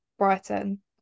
Brighton